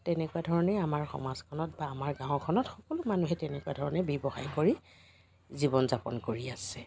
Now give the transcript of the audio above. তেনেকুৱা ধৰণে আমাৰ সমাজখনত বা আমাৰ গাঁওখনত সকলো মানুহে তেনেকুৱা ধৰণে ব্যৱসায় কৰি জীৱন যাপন কৰি আছে